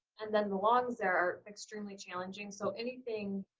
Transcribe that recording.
and then the longs there are extremely challenging. so anything